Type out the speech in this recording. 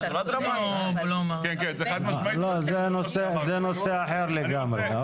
זה נושא אחר לגמרי.